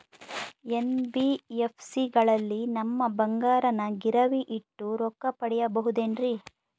NBFC ಗಳಲ್ಲಿ ನಮ್ಮ ಬಂಗಾರನ ಗಿರಿವಿ ಇಟ್ಟು ರೊಕ್ಕ ಪಡೆಯಬಹುದೇನ್ರಿ?